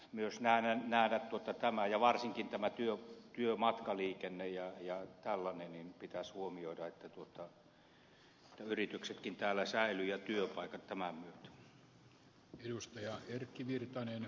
myös näiden nähdä mutta tämä ja varsinkin tämä työmatkaliikenne pitäisi huomioida että yrityksetkin täällä säilyvät ja työpaikat tämän myötä